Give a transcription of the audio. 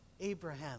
Abraham